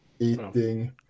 eating